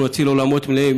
אנחנו נציל עולמות מלאים,